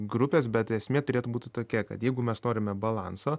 grupės bet esmė turėtų būti tokia kad jeigu mes norime balanso